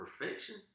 perfection